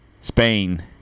Spain